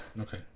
Okay